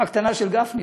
"קופה קטנה של גפני",